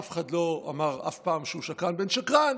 אף אחד לא אמר אף פעם שהוא שקרן בן שקרן,